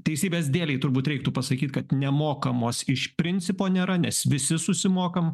teisybės dėlei turbūt reiktų pasakyt kad nemokamos iš principo nėra nes visi susimokam